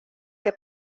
que